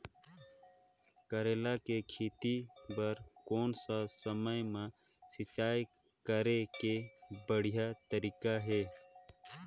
करेला के खेती बार कोन सा समय मां सिंचाई करे के बढ़िया तारीक हे?